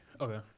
Okay